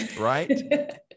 right